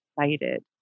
excited